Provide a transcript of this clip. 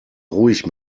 ruhig